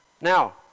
Now